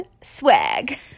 swag